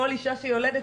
כל אישה שיולדת,